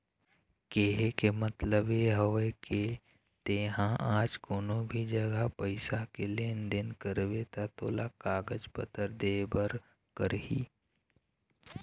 केहे के मतलब ये हवय के ते हा आज कोनो भी जघा पइसा के लेन देन करबे ता तोला कागज पतर देबे करही